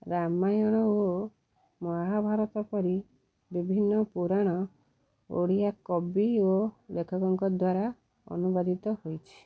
ରାମାୟଣ ଓ ମହାଭାରତ ପରି ବିଭିନ୍ନ ପୁରାଣ ଓଡ଼ିଆ କବି ଓ ଲେଖକଙ୍କ ଦ୍ୱାରା ଅନୁବାଦିତ ହୋଇଛି